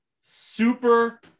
Super